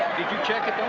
did you check it, though?